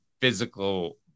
physical